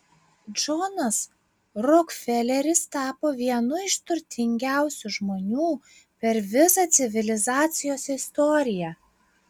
džonas rokfeleris tapo vienu iš turtingiausių žmonių per visą civilizacijos istoriją